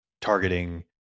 targeting